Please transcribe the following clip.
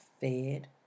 fed